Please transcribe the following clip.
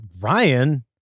Ryan